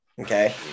Okay